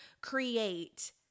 create